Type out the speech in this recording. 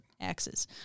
Axes